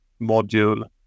module